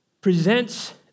presents